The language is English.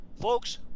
Folks